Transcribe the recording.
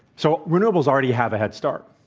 so, renewables already have a head start.